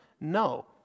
No